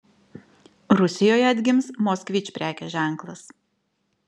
rusijoje atgims moskvič prekės ženklas